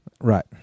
Right